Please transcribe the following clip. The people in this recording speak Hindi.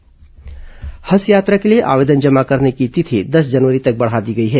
हज आवेदन तिथि हज यात्रा के लिए आवेदन जमा करने की तिथि दस जनवरी तक बढ़ा दी गई है